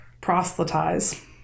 proselytize